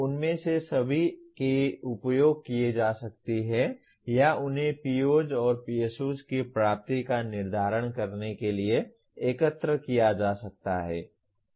उनमें से सभी का उपयोग किया जा सकता है या उन्हें POs और PSOs की प्राप्ति का निर्धारण करने के लिए एकत्र किया जा सकता है